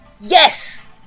Yes